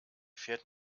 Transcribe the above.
fährt